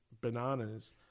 bananas